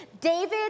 David